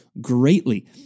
greatly